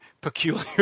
peculiar